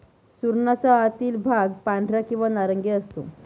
सुरणाचा आतील भाग पांढरा किंवा नारंगी असतो